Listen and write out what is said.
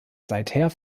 seither